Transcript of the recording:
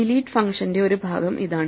delete ഫങ്ഷന്റെ ഒരു ഭാഗം ഇതാണ്